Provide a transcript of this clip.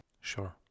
sure